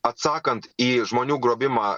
atsakant į žmonių grobimą